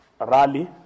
rally